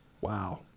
Wow